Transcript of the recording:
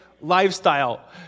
lifestyle